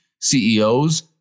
CEOs